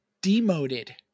demoted